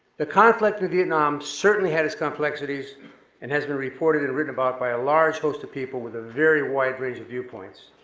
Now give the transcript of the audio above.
the conflict with vietnam certainly has complexities and has been reported and written about by a large host of people with a very wide range of viewpoints.